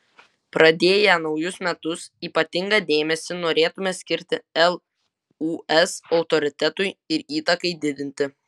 pradėję naujus metus ypatingą dėmesį norėtumėme skirti lūs autoritetui ir įtakai didinti